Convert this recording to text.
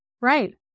Right